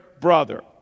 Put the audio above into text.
brother